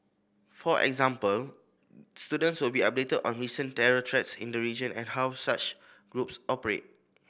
for example students will be updated on recent terror threats in the region and how such groups operate